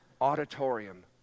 auditorium